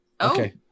Okay